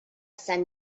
sant